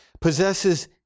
possesses